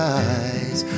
eyes